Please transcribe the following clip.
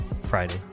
Friday